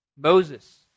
Moses